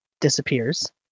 disappears